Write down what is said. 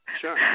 sure